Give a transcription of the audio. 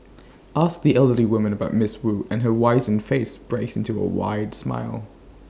ask the elderly woman about miss wu and her wizened face breaks into A wide smile